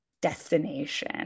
destination